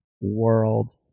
world